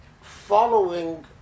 following